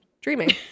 dreaming